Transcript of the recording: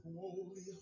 Holy